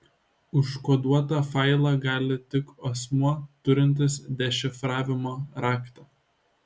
užkoduotą failą gali tik asmuo turintis dešifravimo raktą